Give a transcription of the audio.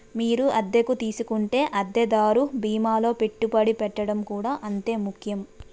మీరు అద్దెకు తీసుకుంటే అద్దె దారు బీమాలో పెట్టుబడి పెట్టడం కూడా అంతే ముఖ్యం